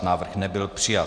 Návrh nebyl přijat.